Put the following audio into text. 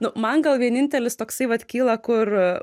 nu man gal vienintelis toksai vat kyla kur